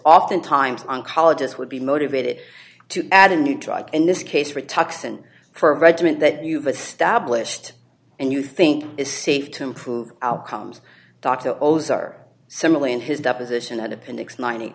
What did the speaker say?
oftentimes oncologists would be motivated to add a new drug in this case for a toxin for a regiment that you've established and you think it's safe to improve outcomes dr o's are similarly in his deposition at appendix ninety